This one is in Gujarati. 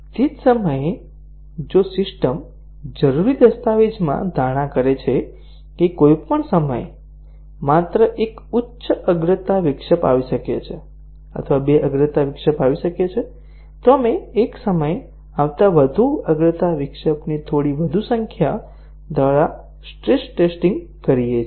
તે જ સમયે જો સિસ્ટમ જરૂરી દસ્તાવેજમાં ધારણા કરે છે કે કોઈપણ સમયે માત્ર એક ઉચ્ચ અગ્રતા વિક્ષેપ આવી શકે છે અથવા બે અગ્રતા વિક્ષેપ આવી શકે છે તો આપણે એક સમયે આવતા વધુ અગ્રતા વિક્ષેપની થોડી વધુ સંખ્યા દ્વારા સ્ટ્રેસ ટેસ્ટીંગ કરીએ છીએ